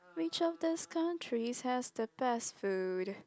which of these countries has the best food